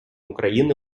україни